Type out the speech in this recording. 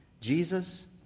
Jesus